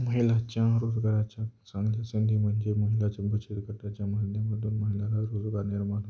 महिलांच्या रोजगाराच्या चांगल्या संधी म्हणजे महिलाच्या बचित गटाच्या माध्यमातून महिला रोजगार निर्माण होतो